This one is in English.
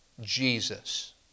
Jesus